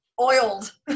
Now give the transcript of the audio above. oiled